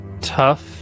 tough